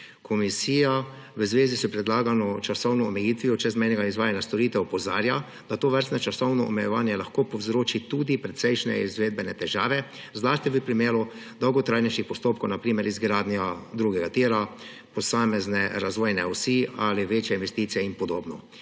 Komisija v zvezi s predlagano časovno omejitvijo čezmejnega izvajanja storitev opozarja, da tovrstno časovno omejevanje lahko povzroči tudi precejšnje izvedbene težave, zlasti v primeru dolgotrajnejših postopkov, na primer izgradnja drugega tira, posamezne razvojne osi ali večje investicije in podobno,